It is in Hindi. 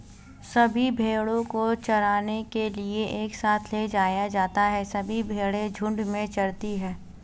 सभी भेड़ों को चराने के लिए एक साथ ले जाया जाता है सभी भेड़ें झुंड में चरती है